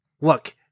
look